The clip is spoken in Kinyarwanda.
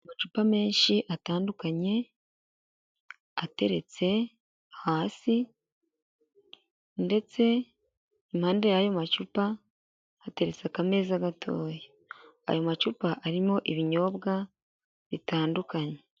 Amacupa menshi atandukanye, ateretse hasi ndetse impande y'ayo macupa hateretse akameza gatoya. Ayo macupa arimo ibinyobwa bitandukanye.